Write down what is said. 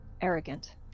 arrogant